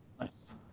Nice